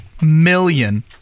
million